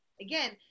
again